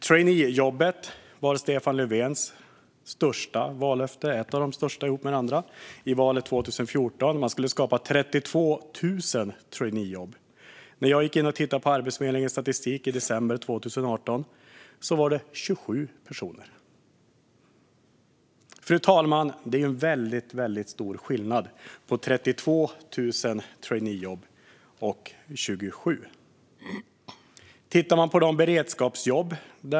Traineejobben var ett av Stefan Löfvens viktigaste vallöften vid valet 2014. Man skulle skapa 32 000 traineejobb. När jag gick in och tittade på Arbetsförmedlingens statistik i december 2018 var det 27 personer som fått traineejobb. Fru talman! Det är väldigt stor skillnad mellan 32 000 traineejobb och 27.